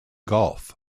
golf